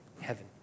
heaven